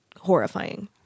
horrifying